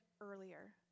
earlier